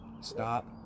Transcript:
stop